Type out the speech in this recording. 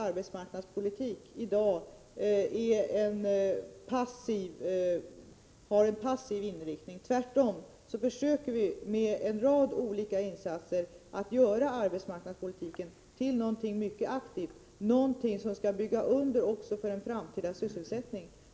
Arbetsmarknadspolitiken i dag har inte någon passiv inriktning. Tvärtom försöker vi med en rad olika insatser göra arbetsmarknadspolitiken till något mycket aktivt, som skall bygga under också för en framtida sysselsättning.